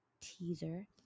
teaser